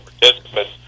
participants